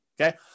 okay